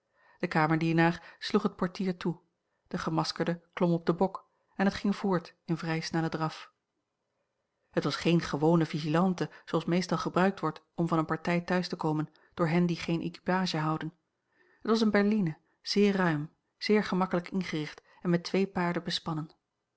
de kamerdienaar sloeg het portier toe de gemaskerde klom op den bok en het ging voort in vrij snellen draf het was geene gewone vigilante zooals meestal gebruikt wordt om van eene partij thuis te komen door hen die geene equipage houden het was eene berline zeer ruim zeer gemakkelijk ingericht en met twee paarden bespannen